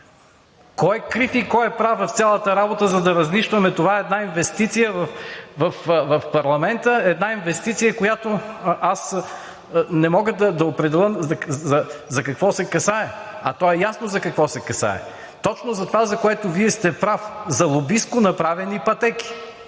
Кой е крив и кой е прав в цялата работа, за да разнищваме това в парламента? Това е една инвестиция, която не мога да определя за какво се касае, а то е ясно за какво се касае. Точно за това, за което Вие сте прав – за лобистко направени пътеки.